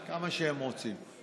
כמה שהם רוצים.